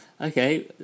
Okay